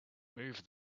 move